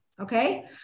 okay